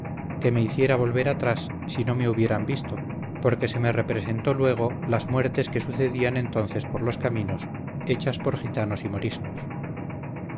que me hiciera volver atrás si no me hubieran visto porque se me representó luego las muertes que sucedían entonces por los caminos hechas por gitanos y moriscos